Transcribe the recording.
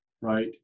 right